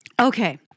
Okay